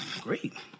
great